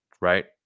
right